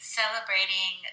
celebrating